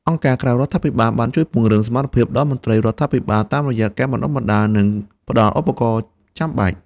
អង្គការក្រៅរដ្ឋាភិបាលបានជួយពង្រឹងសមត្ថភាពដល់មន្ត្រីរដ្ឋាភិបាលតាមរយៈការបណ្តុះបណ្តាល និងផ្តល់ឧបករណ៍ចាំបាច់។